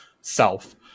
self